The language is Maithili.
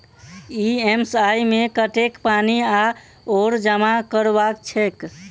ई.एम.आई मे कतेक पानि आओर जमा करबाक छैक?